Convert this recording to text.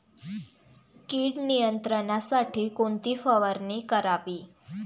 कीड नियंत्रणासाठी कोणती फवारणी करावी?